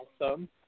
awesome